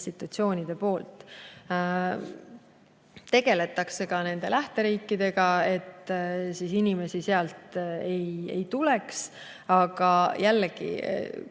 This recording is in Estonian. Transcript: poolt. Tegeletakse ka nende lähteriikidega, et inimesi sealt ei tuleks. Aga jällegi,